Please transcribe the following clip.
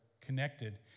connected